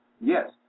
Yes